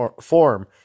form